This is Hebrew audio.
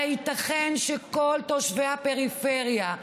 הייתכן שכל תושבי הפריפריה,